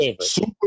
Super